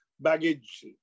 baggage